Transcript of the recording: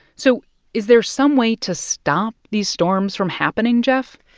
so is there some way to stop these storms from happening, geoff?